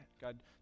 God